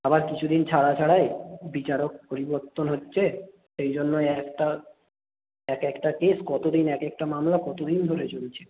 আবার কিছু দিন ছাড়া ছাড়াই বিচারক পরিবর্তন হচ্ছে সেই জন্য একটা এক একটা কেস কতো দিন এক একটা মামলা কতো দিন ধরে চলছে